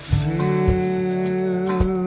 feel